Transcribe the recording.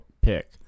pick